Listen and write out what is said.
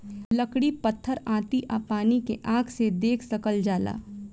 लकड़ी पत्थर आती आ पानी के आँख से देख सकल जाला